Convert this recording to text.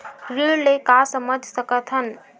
ऋण ले का समझ सकत हन?